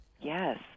Yes